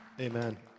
Amen